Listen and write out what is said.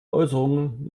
äußerungen